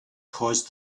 caused